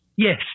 Yes